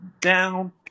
down